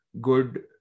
good